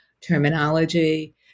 terminology